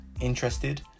Interested